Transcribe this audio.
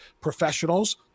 professionals